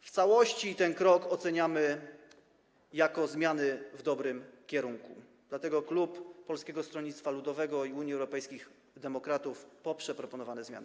W całości ten krok oceniamy jako zmiany idące w dobrym kierunku, dlatego klub Polskiego Stronnictwa Ludowego i Unii Europejskich Demokratów poprze proponowane zmiany.